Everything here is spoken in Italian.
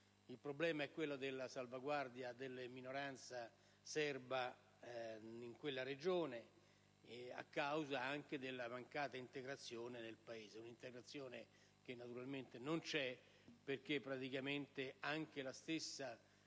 Il problema è quello della salvaguardia della minoranza serba in quella regione, a causa anche della mancata integrazione nel Paese. Un'integrazione che naturalmente non c'è, anche perché la stessa